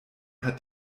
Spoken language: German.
hat